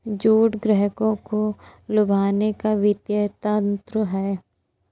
छूट ग्राहकों को लुभाने का वित्तीय तंत्र है